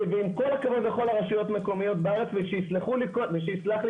עם כל הכבוד לכל הרשויות מקומיות בארץ ויסלח לי